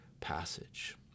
passage